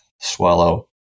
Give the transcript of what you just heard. swallow